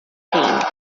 payne